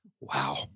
Wow